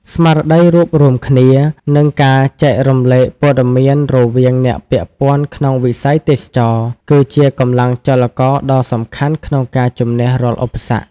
ស្មារតីរួបរួមគ្នា និងការចែករំលែកព័ត៌មានរវាងអ្នកពាក់ព័ន្ធក្នុងវិស័យទេសចរណ៍ គឺជាកម្លាំងចលករដ៏សំខាន់ក្នុងការជំនះរាល់ឧបសគ្គ។